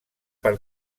per